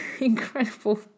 incredible